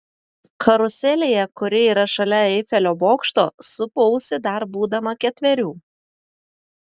karuselėje kuri yra šalia eifelio bokšto supausi dar būdama ketverių